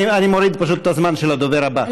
אני מוריד פשוט את הזמן של הדובר הבא.